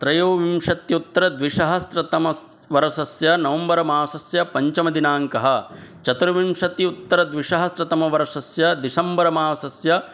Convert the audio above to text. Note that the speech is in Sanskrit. त्रयोविंशत्युत्तरद्विसहस्रतमस् वर्षस्य नवम्बर्मासस्य पञ्चमदिनाङ्कः चतुर्विंशति उत्तर द्विसहस्रतमवर्षस्य डिसम्बर्मासस्य